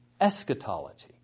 eschatology